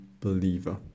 believer